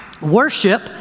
worship